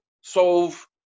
solve